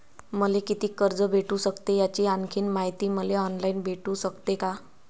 मले कितीक कर्ज भेटू सकते, याची आणखीन मायती मले ऑनलाईन भेटू सकते का?